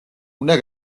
უნდა